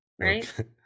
right